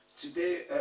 Today